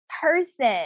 person